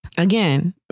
Again